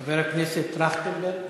חבר הכנסת טרכטנברג,